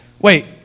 Wait